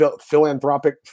philanthropic